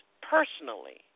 personally